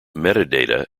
metadata